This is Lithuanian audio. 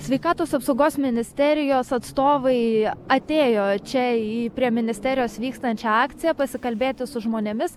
sveikatos apsaugos ministerijos atstovai atėjo čia į prie ministerijos vykstančią akciją pasikalbėti su žmonėmis